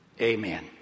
Amen